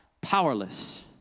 Powerless